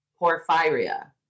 porphyria